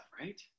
Right